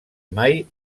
mai